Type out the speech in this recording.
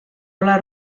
ole